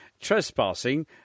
trespassing